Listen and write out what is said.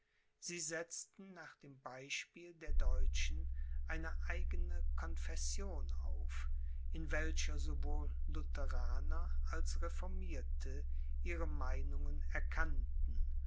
sie setzten nach dem beispiel der deutschen eine eigene confession auf in welcher sowohl lutheraner als reformierte ihre meinungen erkannten